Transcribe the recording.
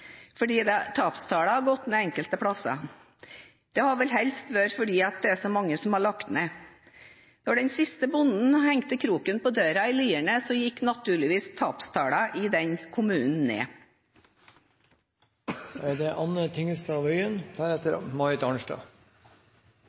fordi tapstallene har gått ned enkelte steder. Det har vel helst vært fordi det er så mange som har lagt ned. Før den siste bonden satte kroken på døra i Lierne, gikk naturligvis tapstallene i kommunen ned. Jeg skal slutte meg til Heidi Greni og si at jeg er